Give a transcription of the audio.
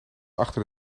achter